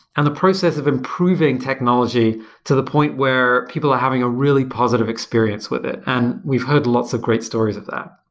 and the process of improving technology to the point where people are having a really positive experience with it. and we've heard lots of great stories of that.